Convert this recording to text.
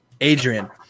Adrian